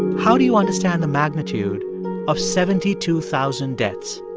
how do you understand the magnitude of seventy two thousand deaths?